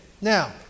Now